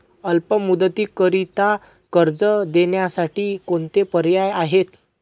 अल्प मुदतीकरीता कर्ज देण्यासाठी कोणते पर्याय आहेत?